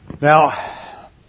Now